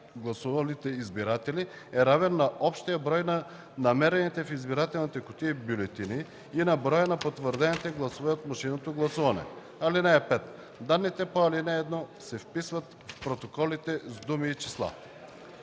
гласувалите избиратели е равен на общия брой на намерените в избирателните кутии бюлетини и на броя на потвърдените гласове от машинното гласуване. (5) Данните по ал. 1 се вписват в протоколите с думи и числа.”